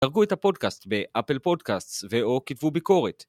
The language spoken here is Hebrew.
תרגו את הפודקאסט באפל פודקאסט ואו כתבו ביקורת.